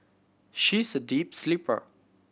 she's a deep sleeper